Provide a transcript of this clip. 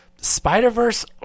Spider-Verse